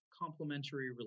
complementary